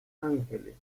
ángeles